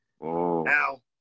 Now